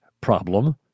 problem